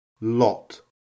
lot